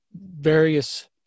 various